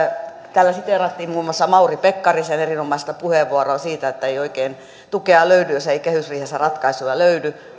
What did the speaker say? täällä siteerattiin muun muassa mauri pekkarisen erinomaista puheenvuoroa siitä että ei oikein tukea löydy jos ei kehysriihessä ratkaisuja löydy